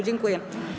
Dziękuję.